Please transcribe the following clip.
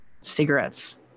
Cigarettes